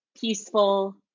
Peaceful